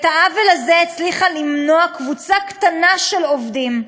את העוול הזה הצליחה למנוע קבוצה קטנה של עובדים,